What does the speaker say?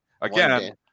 again